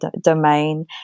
domain